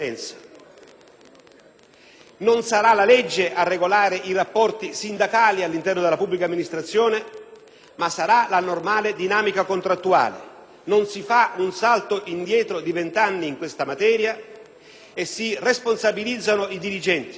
non sarà la legge a regolare i rapporti sindacali all'interno della pubblica amministrazione, ma la normale dinamica contrattuale: quindi, non si fa un salto indietro di vent'anni in questa materia e si responsabilizzano i dirigenti.